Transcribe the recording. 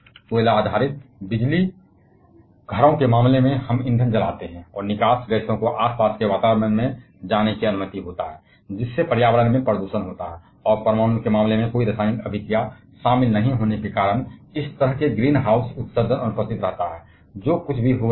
बेशक कोयला आधारित बिजलीघरों को उकसाने के मामले में हम ईंधन जलाते हैं और निकास गैसों को आसपास के वातावरण में जाने की अनुमति मिलती है जिससे पर्यावरण प्रदूषण होता है और परमाणु के मामले में इस तरह का ग्रीनहाउस उत्सर्जन अनुपस्थित है क्योंकि कोई रासायनिक प्रतिक्रिया शामिल नहीं है